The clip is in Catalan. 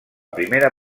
primera